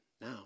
now